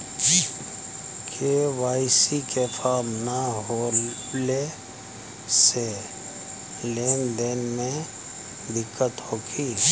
KYC के form न होले से लेन देन में दिक्कत होखी?